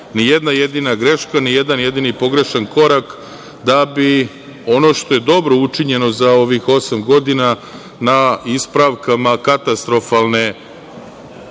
nijedna jedina greška, nijedan jedini pogrešan korak, da bi ono što je dobro učinjeno za ovih osam godina na ispravkama katastrofalne